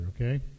okay